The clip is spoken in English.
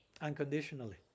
unconditionally